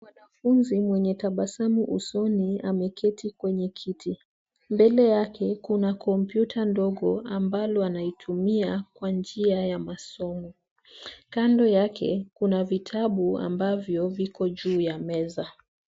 Mwanafunzi mwenye tabasamu usoni, ameketi kwenye kiti .Mbele yake kuna kompyuta ndogo ambalo anaitumia kwa njia ya masomo. Kando yake kuna vitabu ambavyo viko juu ya meza.